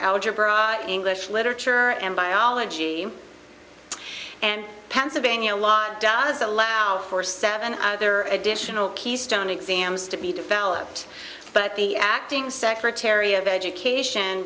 algebra english literature and biology and pennsylvania law does allow for seven there are additional keystone exams to be developed but the acting secretary of education